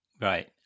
Right